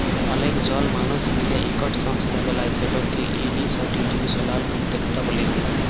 অলেক জল মালুস মিলে ইকট সংস্থা বেলায় সেটকে ইনিসটিটিউসলাল উদ্যকতা ব্যলে